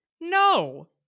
No